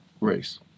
race